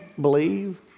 Believe